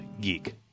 GEEK